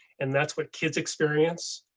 and that's what kids experience,